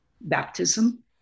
baptism